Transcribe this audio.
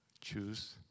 choose